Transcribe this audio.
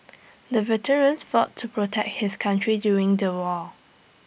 the veteran fought to protect his country during the war